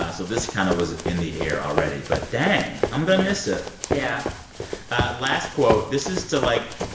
ah so this kind of was in the air already. but dang, i'm going to miss it yeah yeah last quote. this is to, like,